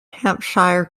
hampshire